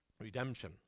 redemption